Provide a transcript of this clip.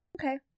Okay